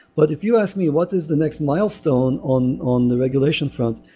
but if you ask me what is the next milestone on on the regulation front,